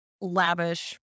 Lavish